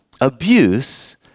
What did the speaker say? Abuse